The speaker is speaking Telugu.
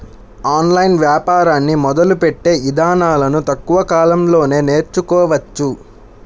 ఆన్లైన్ వ్యాపారాన్ని మొదలుపెట్టే ఇదానాలను తక్కువ కాలంలోనే నేర్చుకోవచ్చు